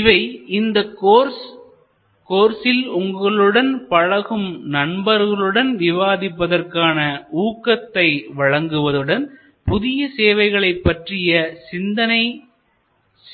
இவை இந்த கோர்ஸில் உங்களுடன் பழகும் நண்பர்களுடன் விவாதிப்பதற்கான ஊக்கத்தை வழங்குவதுடன் புதிய சேவைகளை பற்றிய சிந்தனை